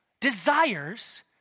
desires